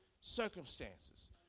circumstances